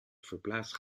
verplaatst